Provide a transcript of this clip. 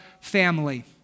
family